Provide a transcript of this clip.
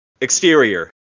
Exterior